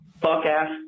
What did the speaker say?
Fuck-ass